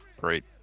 great